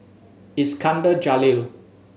Iskandar Jalil